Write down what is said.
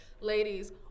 Ladies